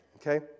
Okay